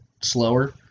slower